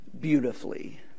beautifully